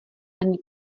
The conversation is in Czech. ani